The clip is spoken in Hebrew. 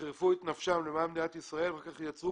שחירפו את נפשם למען מדינת ישראל ואחר כך יצרו